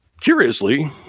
curiously